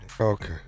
Okay